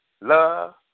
love